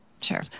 sure